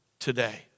today